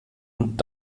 und